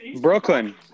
Brooklyn